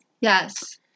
Yes